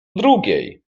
drugiej